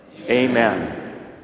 Amen